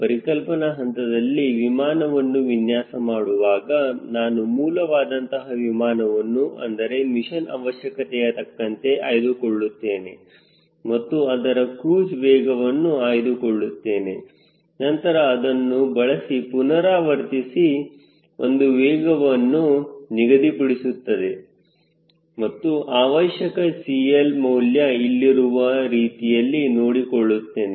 ಪರಿಕಲ್ಪನಾ ಹಂತದಲ್ಲಿ ವಿಮಾನವನ್ನು ವಿನ್ಯಾಸ ಮಾಡುವಾಗ ನಾನು ಮೂಲವಾದಂತಹ ವಿಮಾನವನ್ನು ಅದರ ಮಿಷನ್ ಅವಶ್ಯಕತೆಯ ತಕ್ಕಂತೆ ಆಯ್ದುಕೊಳ್ಳುತ್ತೇನೆ ಮತ್ತು ಅದರ ಕ್ರೂಜ್ ವೇಗವನ್ನು ಆಯ್ದುಕೊಳ್ಳುತ್ತೇನೆ ನಂತರ ಅದನ್ನು ಬಳಸಿ ಪುನರಾವರ್ತಿಸಿ ಒಂದು ವೇಗವನ್ನು ನಿಗದಿಪಡಿಸುತ್ತದೆ ಮತ್ತು ಅವಶ್ಯಕ CL ಮೌಲ್ಯ ಇಲ್ಲಿರುವ ರೀತಿಯಲ್ಲಿ ನೋಡಿಕೊಳ್ಳುತ್ತೇನೆ